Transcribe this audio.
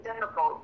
difficult